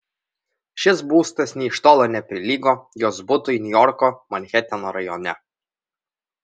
šis būstas nė iš tolo neprilygo jos butui niujorko manheteno rajone